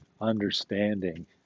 understanding